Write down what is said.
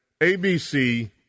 ABC